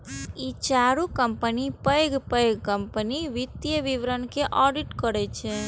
ई चारू कंपनी पैघ पैघ कंपनीक वित्तीय विवरण के ऑडिट करै छै